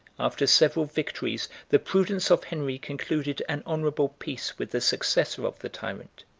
after several victories, the prudence of henry concluded an honorable peace with the successor of the tyrant,